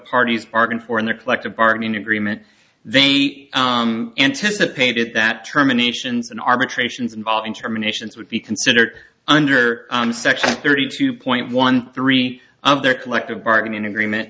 parties bargained for in their collective bargaining agreement they anticipated that terminations in arbitrations involving terminations would be considered under section thirty two point one three of their collective bargaining agreement